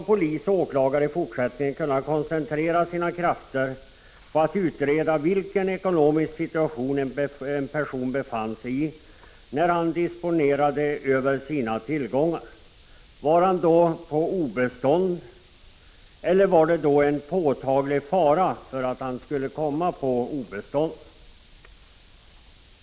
Polis och åklagare skall i fortsättningen kunna koncentrera sina krafter på att utreda vilken ekonomisk situation en person befann sig i när han disponerade över sina tillgångar: Var han då på obestånd eller var det en påtaglig fara för att han skulle komma på obestånd?